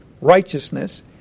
righteousness